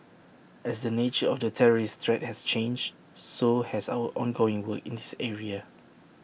as the nature of the terrorist threat has changed so has our ongoing work in this area